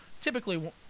Typically